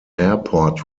airport